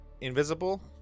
invisible